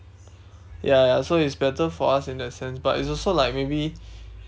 ya ya so it's better for us in that sense but it's also like maybe